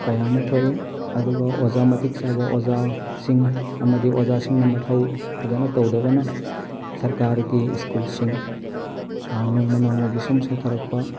ꯀꯌꯥ ꯑꯃ ꯊꯣꯛꯏ ꯑꯗꯨꯒ ꯑꯣꯖꯥ ꯃꯇꯤꯛ ꯆꯥꯕ ꯑꯣꯖꯥꯁꯤꯡ ꯑꯃꯗꯤ ꯑꯣꯖꯥꯁꯤꯡꯅ ꯃꯊꯧ ꯐꯖꯅ ꯇꯧꯗꯕꯅ ꯁꯔꯀꯥꯔꯒꯤ ꯁ꯭ꯀꯨꯜꯁꯤꯡ ꯅꯣꯡꯃ ꯅꯣꯡꯃꯒꯤ ꯁꯨꯝ ꯁꯣꯊꯔꯛꯄ